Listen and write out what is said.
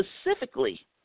specifically